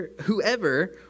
Whoever